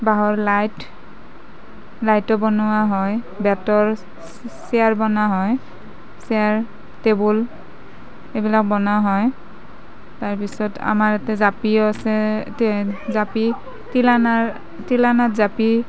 বাঁহৰ লাইট লাইটো বনোৱা হয় বেতৰ ছেছেয়াৰ বনোৱা হয় ছেয়াৰ টেবুল এইবিলাক বনোৱা হয় তাৰ পিছত আমাৰ ইয়াতে জাপিও আছে তিলানাত জাপি